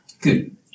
Good